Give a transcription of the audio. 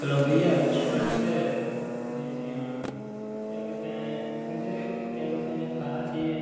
hello भइया restaurant से जी जी हाँ क्या कहते हैं मुझे क्या कहते हैं खाना चाहिए